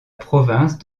province